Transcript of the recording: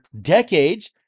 decades